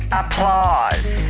applause